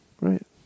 right